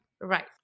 Right